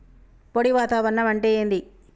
పొడి వాతావరణం అంటే ఏంది?